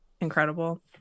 incredible